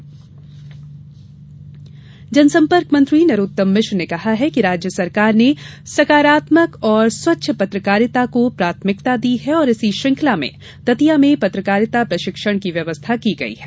पत्रकारिता परिसर दतिया जनसंपर्क मंत्री नरोत्तम मिश्र ने कहा है कि राज्य सरकार ने सकारात्मक और स्वच्छ पत्रकारिता को प्राथमिकता दी है और इसी श्रृंखला में दतिया में पत्रकारिता प्रशिक्षण की व्यवस्था की गयी है